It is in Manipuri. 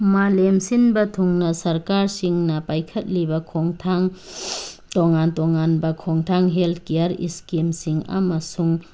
ꯃꯥꯂꯦꯝ ꯁꯤꯟꯕ ꯊꯨꯡꯅ ꯁꯔꯀꯥꯔꯁꯤꯡꯅ ꯄꯥꯏꯈꯠꯂꯤꯕ ꯈꯣꯡꯊꯥꯡ ꯇꯣꯉꯥꯟ ꯇꯣꯉꯥꯟꯕ ꯈꯣꯡꯊꯥꯡ ꯍꯦꯜ ꯀꯦꯌꯥꯔ ꯏꯁꯀꯤꯝꯁꯤꯡ ꯑꯃꯁꯨꯡ